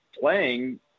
playing